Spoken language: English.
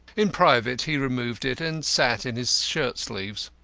in private he removed it and sat in his shirt sleeves.